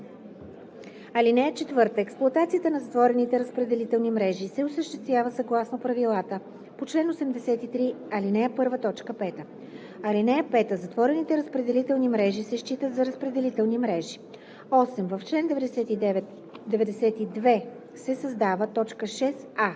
мрежа. (4) Експлоатацията на затворените разпределителни мрежи се осъществява съгласно правилата по чл. 83, ал. 1, т. 5. (5) Затворените разпределителни мрежи се считат за разпределителни мрежи.“ 8. В чл. 92 се създава т. 6а: